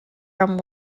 from